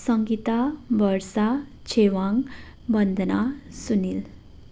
Sangita Varsha Chhewang Bandana Sunil